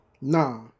Nah